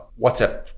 WhatsApp